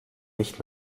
nicht